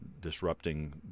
disrupting